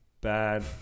bad